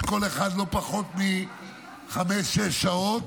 כל אחד לא פחות מחמש, שש שעות